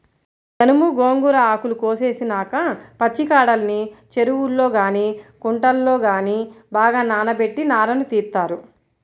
జనుము, గోంగూర ఆకులు కోసేసినాక పచ్చికాడల్ని చెరువుల్లో గానీ కుంటల్లో గానీ బాగా నానబెట్టి నారను తీత్తారు